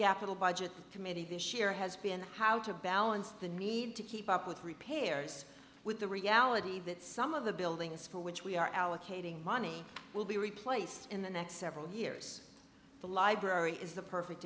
capital budget committee this year has been how to balance the need to keep up with repairs with the reality that some of the building a school which we are allocating money will be replaced in the next several years the library is the perfect